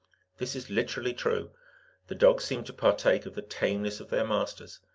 this is literally true the dogs seem to partake of the tameness of their masters.